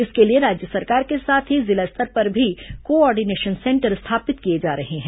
इसके लिए राज्य स्तर के साथ ही जिला स्तर पर भी को ऑर्डिनेशन सेंटर स्थापित किए जा रहे हैं